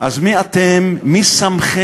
אז מי אתם, מי שׂמכם,